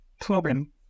problem